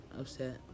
upset